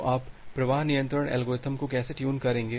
तो आप प्रवाह नियंत्रण एल्गोरिथ्म को कैसे ट्यून करेंगे